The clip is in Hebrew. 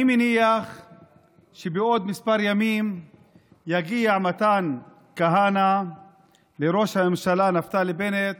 אני מניח שבעוד כמה ימים יגיע מתן כהנא לראש הממשלה נפתלי בנט